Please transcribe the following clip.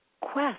quest